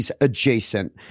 adjacent